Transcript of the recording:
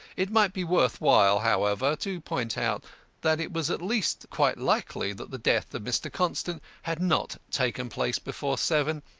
it might be worth while, however, to point out that it was at least quite likely that the death of mr. constant had not taken place before seven,